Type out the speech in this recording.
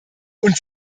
und